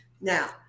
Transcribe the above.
Now